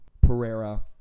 Pereira